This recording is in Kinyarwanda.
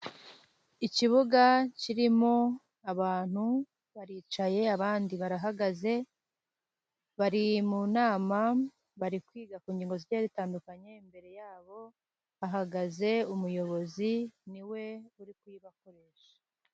Ikibuga kirimo abantu baricaye abandi barahagaze, bari mu nama bari kwiga ku ngingo zigiye zitandukanye imbere yabo ha hagaze umuyobozi niwe uri kuyibakoresha.